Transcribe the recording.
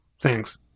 thanks